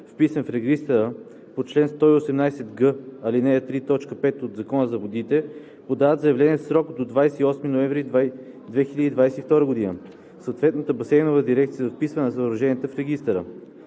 вписване в регистъра по чл. 118г, ал. 3, т. 5 от Закона за водите, подават заявление в срок до 28 ноември 2022 г. в съответната басейнова дирекция за вписване на съоръженията в регистъра.